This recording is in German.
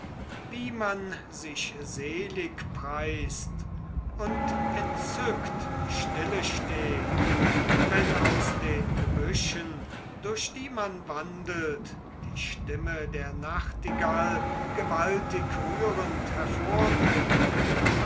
wie man sich selig preist und entzückt stille steht wenn aus den gebüschen durch die man wandelt die stimme der nachtigall gewaltig rührend